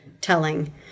telling